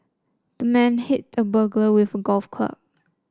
the man hit the burglar with a golf club